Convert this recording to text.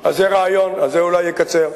זה רעיון, אז זה אולי יקצר.